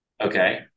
Okay